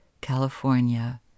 California